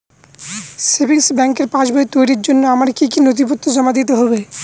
Savings ব্যাংকের পাসবই তৈরির জন্য আমার কি কি নথিপত্র জমা দিতে হবে?